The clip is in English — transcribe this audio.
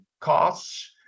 costs